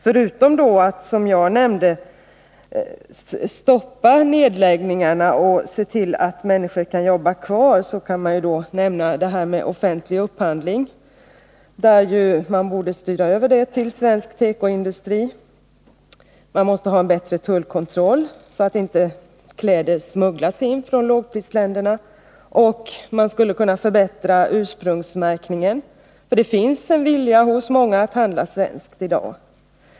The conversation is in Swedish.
Förutom det jag tidigare anförde, att man borde stoppa nedläggningarna och se till att människor kan jobba kvar, kan man nämna åtgärder som att styra över den offentliga upphandlingen till svensk tekoindustri och att se till att man får en bättre tullkontroll så att inte kläder smugglas in från lågprisländerna. Man skulle också kunna förbättra ursprungsmärkningen, för det finns i dag hos många en vilja att handla svenskt.